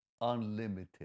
unlimited